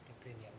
opinion